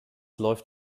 läuft